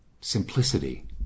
simplicity